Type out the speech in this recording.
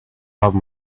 have